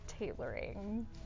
Tailoring